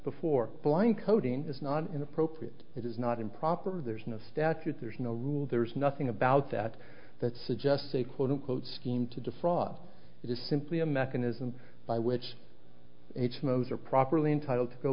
before blind coding is not inappropriate it is not improper there's no statute there's no rule there's nothing about that that suggests a quote unquote scheme to defraud it is simply a mechanism by which h m o's are properly entitled to go